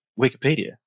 Wikipedia